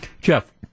Jeff